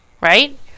right